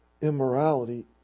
immorality